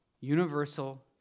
universal